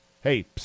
Hey